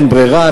אין ברירה,